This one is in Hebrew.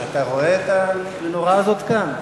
אתה רואה את המנורה הזאת כאן?